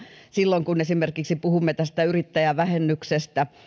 silloin kun esimerkiksi puhumme tästä yrittäjävähennyksestä